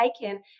taken